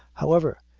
however,